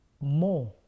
more